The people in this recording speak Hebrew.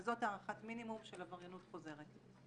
אז זאת הערכת מינימום של עבריינות חוזרת.